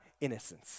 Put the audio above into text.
innocence